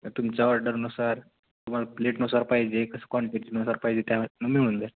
तुमच्या ऑर्डरनुसार तुम्हाला प्लेटनुसार पाहिजे कसं क्वांटिटीनुसार पाहिजे त्या मिळून जाईल